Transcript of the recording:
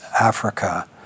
Africa